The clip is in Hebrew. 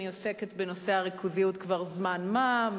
אני עוסקת בנושא הריכוזיות כבר זמן מה,